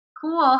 cool